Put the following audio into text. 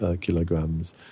kilograms